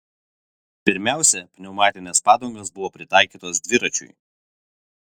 pirmiausia pneumatinės padangos buvo pritaikytos dviračiui